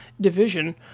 division